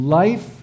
life